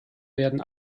werden